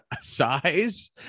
size